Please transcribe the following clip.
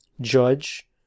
judge